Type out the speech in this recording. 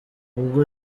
ubwo